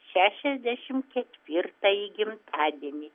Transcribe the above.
šešiasdešim ketvirtąjį gimtadienį